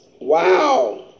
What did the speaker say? Wow